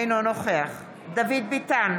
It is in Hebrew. אינו נוכח דוד ביטן,